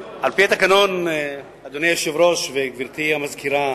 אדוני היושב-ראש וגברתי המזכירה,